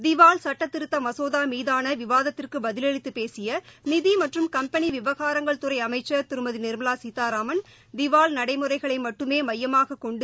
திவால் சட்டத்திருத்த மசோதா மீதான விவாதத்திற்கு பதிலளித்துப் பேசிய நிதி மற்றும் கம்பெனி விவகாரங்கள் துறை அமைச்சர் திருமதி நிர்மலா சீதாராமன் திவால் நடைமுறைகளை மட்டுமே மையமாகக் கொண்டு